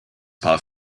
paar